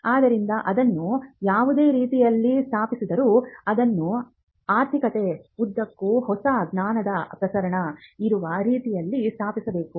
ಆದ್ದರಿಂದ ಅದನ್ನು ಯಾವುದೇ ರೀತಿಯಲ್ಲಿ ಸ್ಥಾಪಿಸಿದರೂ ಅದನ್ನು ಆರ್ಥಿಕತೆಯ ಉದ್ದಕ್ಕೂ ಹೊಸ ಜ್ಞಾನದ ಪ್ರಸರಣ ಇರುವ ರೀತಿಯಲ್ಲಿ ಸ್ಥಾಪಿಸಬೇಕು